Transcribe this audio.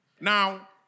Now